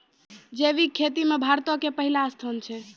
जैविक खेती मे भारतो के पहिला स्थान छै